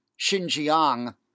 Xinjiang